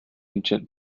ancient